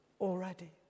already